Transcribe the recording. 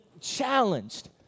challenged